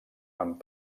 amb